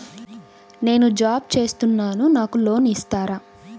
నేను జాబ్ చేస్తున్నాను నాకు లోన్ ఇస్తారా?